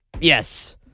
Yes